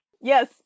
Yes